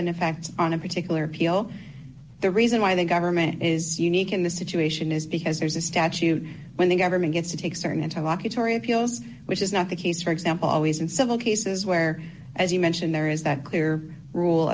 an effect on a particular appeal the reason why the government is unique in the situation is because there's a statute when the government gets to take certain interlocutory appeals which is not the case for example always in civil cases where as you mentioned there is that clear rule